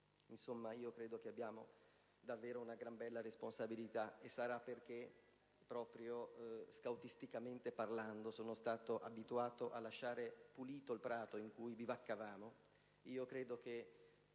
Orsi. Credo perciò che abbiamo davvero una gran bella responsabilità. Sarà forse proprio perché, scoutisticamente parlando, sono stato abituato a lasciare pulito il prato in cui bivaccavamo,